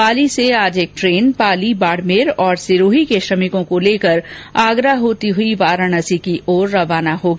पाली से आज एक ट्रेन पाली बाड़मेर और सिरोही के श्रमिकों को लेकर आगरा होती हुई वाराणसी की ओर रवाना होगी